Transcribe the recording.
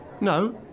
No